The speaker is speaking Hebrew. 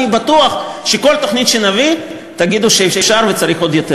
אני בטוח שכל תוכנית שנביא תגידו שאפשר ושצריך עוד יותר,